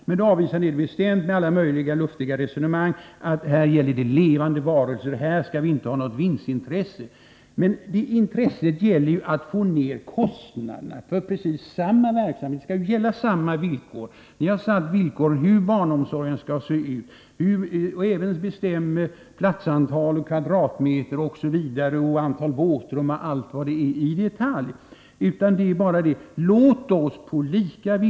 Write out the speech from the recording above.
Men ni avvisar det bestämt, med alla möjliga luftiga resonemang om att här gäller det levande varelser och här skall vi inte ha något vinstintresse. Men det Nr 68 intresset gäller ju att få ner kostnaderna. För precis samma verksamhet skall Måndagen den gälla samma villkor. Ni har satt villkoren för hur barnomsorgen skall se ut och 30 januari 1984 även i detalj bestämt antalet platser, kvadratmeter, våtrum osv.